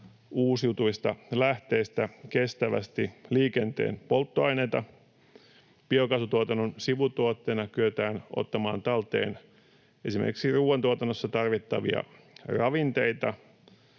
uusiutuvista lähteistä kestävästi liikenteen polttoaineita. Biokaasutuotannon sivutuotteena kyetään ottamaan talteen esimerkiksi ruoantuotannossa tarvittavia ravinteita,